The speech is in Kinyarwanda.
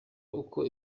uko